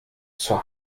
zur